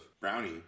brownie